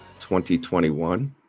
2021